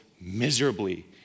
miserably